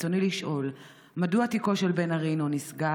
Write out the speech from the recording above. רצוני לשאול: 1. מדוע תיקו של בן ארי לא נסגר?